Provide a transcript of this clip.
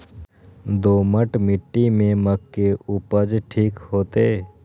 दोमट मिट्टी में मक्के उपज ठीक होते?